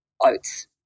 oats